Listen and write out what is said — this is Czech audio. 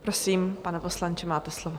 Prosím, pane poslanče, máte slovo.